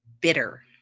Bitter